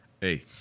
Hey